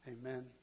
Amen